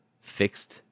fixed